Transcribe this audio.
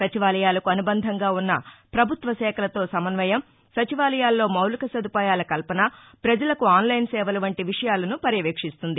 సచివాలయాలకు అనుబంధంగా ఉన్న ప్రభుత్వ శాఖలతో సమన్వయం సచివాలయాల్లో మౌలిక సదుపాయాల కల్పన ప్రజలకు ఆన్లైన్ సేవలు వంటి విషయాలను పర్యవేక్షిస్తుంది